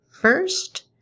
first